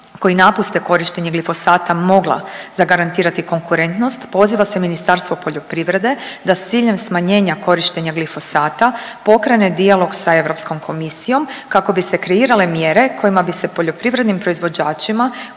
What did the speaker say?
koji napuste korištenje glifosata mogla zagarantirati konkurentnost poziva se Ministarstvo poljoprivrede da s ciljem smanjenja korištenja glifosata pokrene dijalog sa Europskom komisijom kako bi se kreirale mjere kojima bi se poljoprivrednim proizvođačima